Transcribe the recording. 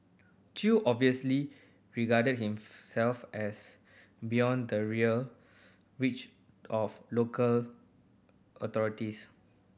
Chew obviously regarded himself as beyond the rare reach of local authorities